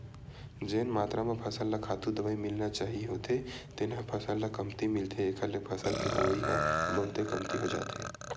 जेन मातरा म फसल ल खातू, दवई मिलना चाही होथे तेन ह फसल ल कमती मिलथे एखर ले फसल के होवई ह बहुते कमती हो जाथे